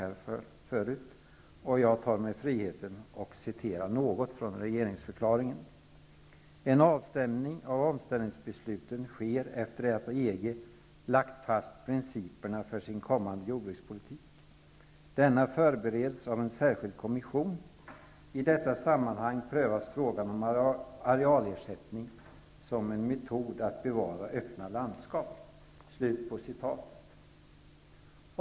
Jag tar mig också friheten att citera något av det som sägs där: ''En avstämning av omställningsbesluten sker efter det att EG har lagt fast principerna för sin kommande jordbrukspolitik. Denna förbereds av en särskild kommission. I detta sammanhang prövas frågan om arealersättning som en metod att bevara öppna landskap.''